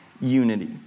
unity